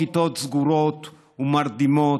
במקום כיתות סגורות ומרדימות,